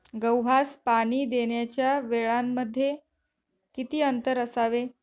गव्हास पाणी देण्याच्या वेळांमध्ये किती अंतर असावे?